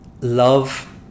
love